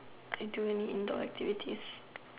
I do any indoor activities